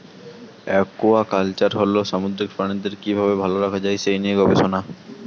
aquaculture হল সামুদ্রিক প্রাণীদের কি ভাবে ভালো রাখা যায় সেই নিয়ে গবেষণা